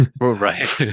right